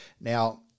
Now